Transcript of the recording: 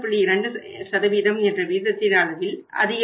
2 என்ற விகிதத்தின் அளவில் அதிகரிக்கும்